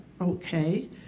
okay